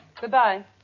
Goodbye